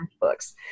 books